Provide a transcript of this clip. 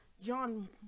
John